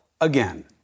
again